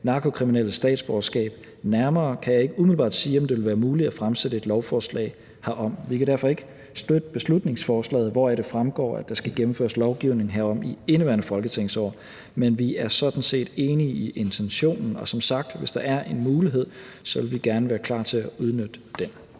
narkokriminelles statsborgerskab nærmere, kan jeg ikke umiddelbart sige, om det vil være muligt at fremsætte et lovforslag herom. Vi kan derfor ikke støtte beslutningsforslaget, hvoraf det fremgår, at der skal gennemføres lovgivning herom i indeværende folketingsår. Men vi er sådan set enige i intentionen, og hvis der som sagt er en mulighed, vil vi gerne være klar til at udnytte den.